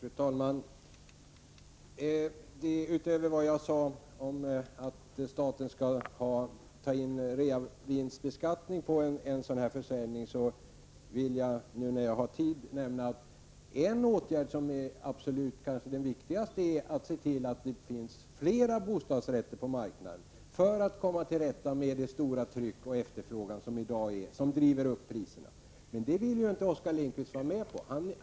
Fru talman! Utöver vad jag sade om att staten skall ta in reavinstbeskattning på en sådan här försäljning vill jag, nu när jag har tid, nämna att en åtgärd, kanske den absolut viktigaste, är att se till att det finns fler bostadsrätter på marknaden för att komma till rätta med det stora tryck och den efterfrågan som i dag finns och som driver upp priserna. Men det vill inte Oskar Lindkvist vara med på.